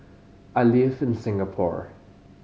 I live in Singapore